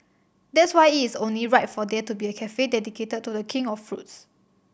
that's why it is only right for there to be a cafe dedicated to The King of fruits